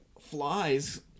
flies